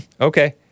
Okay